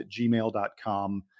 gmail.com